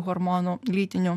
hormonų lytinių